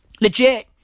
Legit